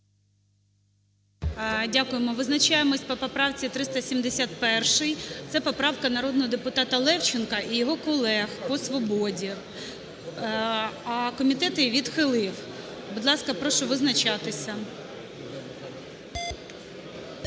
Дякуємо. Визначаємось по поправці 371. Це поправка народного депутата Левченка і його колег по "Свободі". Комітет її відхилив. Будь ласка, прошу визначатися.